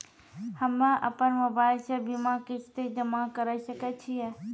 हम्मे अपन मोबाइल से बीमा किस्त जमा करें सकय छियै?